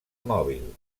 mòbil